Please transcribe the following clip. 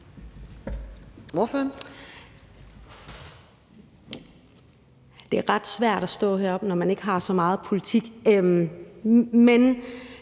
Det er ret svært at stå heroppe, når man ikke har så meget politik.